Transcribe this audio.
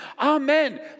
Amen